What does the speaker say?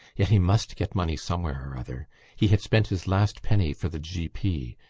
yet he must get money somewhere or other he had spent his last penny for the g p.